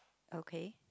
okay